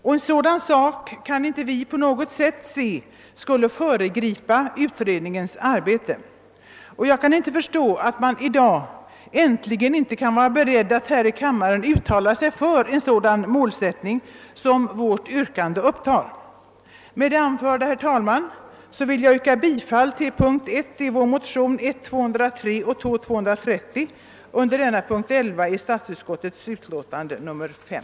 Vi kan inte se att en sådan sak på något sätt skulle kunna föregripa utredningens arbete, och jag kan inte förstå att inte kammaren äntligen kunde vara beredd att uttala sig för en sådan målsättning som vårt första yrkande upptar. Med det anförda, herr talman, yrkar jag bifall till punkt 1 i vår motion I: 203 och II: 230 under punkt 11 i statsutskottets utlåtande nr 5.